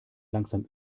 langsam